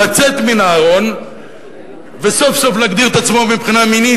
צריך לצאת מן הארון וסוף-סוף להגדיר את עצמו מבחינה מינית,